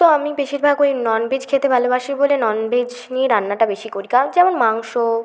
তো আমি বেশিরভাগ ওই নন ভেজ খেতে ভালোবাসি বলে নন ভেজ নিয়ে রান্নাটা বেশি করি কারণ যেমন মাংস